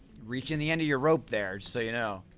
reaching the end of your rope there, so you know